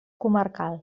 comarcal